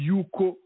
Yuko